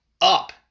Up